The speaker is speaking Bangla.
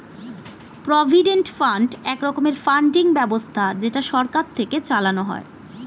প্রভিডেন্ট ফান্ড এক রকমের ফান্ডিং ব্যবস্থা যেটা সরকার থেকে চালানো হয়